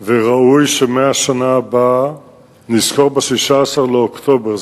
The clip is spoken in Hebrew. וראוי שמהשנה הבאה נזכור ב-16 באוקטובר,